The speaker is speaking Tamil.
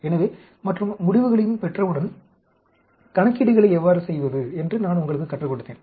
எனவே மற்றும் முடிவுகளையும் பெற்றவுடன் கணக்கீடுகளை எவ்வாறு செய்வது என்று நான் உங்களுக்குக் கற்றுக் கொடுத்தேன்